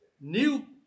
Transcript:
new